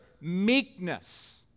meekness